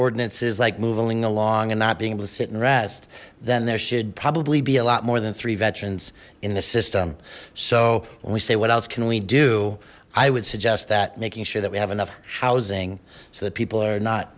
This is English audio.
ordinances like moving along and not being able to sit and rest then there should probably be a lot more than three veterans in the system so when we say what else can we do i would suggest that making sure that we have enough housing so that people are not